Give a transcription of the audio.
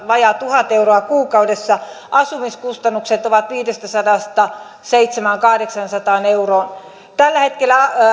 vajaaseen tuhanteen euroon kuukaudessa asumiskustannukset ovat viidestäsadasta seitsemäänsataan viiva kahdeksaansataan euroon tällä hetkellä